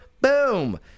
boom